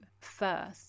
first